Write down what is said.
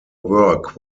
work